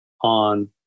on